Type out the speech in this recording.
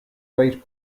wait